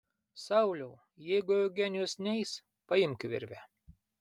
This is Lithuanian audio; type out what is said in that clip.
sauliau jeigu eugenijus neis paimk virvę